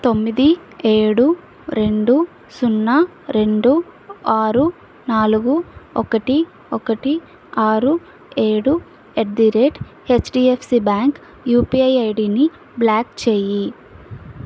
తొమ్మిది ఏడు రెండు సున్నా రెండు ఆరు నాలుగు ఒకటి ఒకటి ఆరు ఏడు at the rate HDFC bank UPI ఐడిని బ్లాక్ చేయి